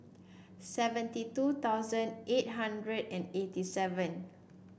seventy two thousand eight hundred and eighty seven